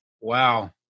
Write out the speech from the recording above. Wow